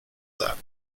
that